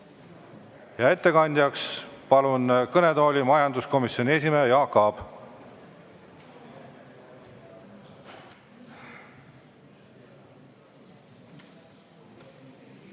Ettekandeks palun kõnetooli majanduskomisjoni esimehe Jaak Aabi.